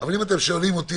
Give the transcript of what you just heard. אבל אם אתם שאולים אותי,